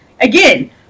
again